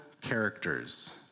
characters